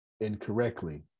incorrectly